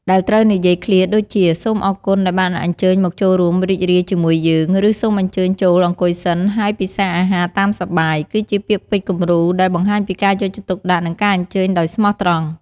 ដែលត្រូវនិយាយឃ្លាដូចជា "សូមអរគុណដែលបានអញ្ជើញមកចូលរួមរីករាយជាមួយយើង" ឬ "សូមអញ្ជើញចូល អង្គុយសិន ហើយពិសារអាហារតាមសប្បាយ" គឺជាពាក្យពេចន៍គំរូដែលបង្ហាញពីការយកចិត្តទុកដាក់ និងការអញ្ជើញដោយស្មោះត្រង់។